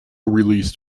released